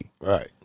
Right